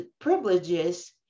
privileges